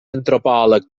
antropòleg